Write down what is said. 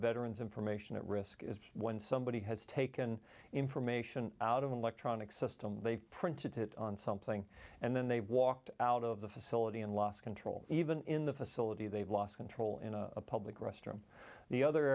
veterans information at risk is when somebody has taken information out of an electronic system they've printed it on something and then they walked out of the facility and lost control even in the facility they've lost control in a public restroom the other